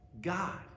God